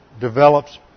develops